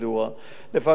לפעמים זה לוקח דקות,